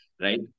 right